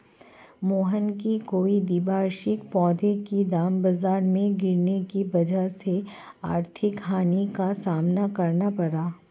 मोहन को कई द्विवार्षिक पौधों के दाम बाजार में गिरने की वजह से आर्थिक हानि का सामना करना पड़ा